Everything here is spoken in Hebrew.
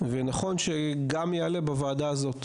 ונכון שגם יעלה בוועדה הזאת.